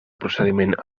procediment